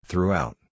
Throughout